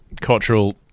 Cultural